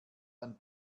ein